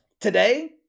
Today